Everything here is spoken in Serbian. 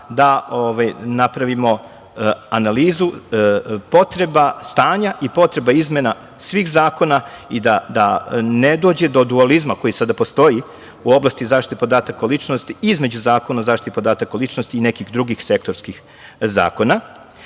da napravimo analizu potreba stanja i potreba izmena svih zakona i da ne dođe do dualizma, koji sada postoji, u oblasti zaštite podatka o ličnosti između Zakona o zaštiti podataka o ličnosti i nekih drugih sektorskih zakona. Hvala